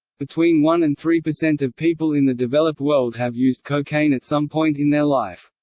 between one and three percent of people in the developed world have used cocaine at some point in their life.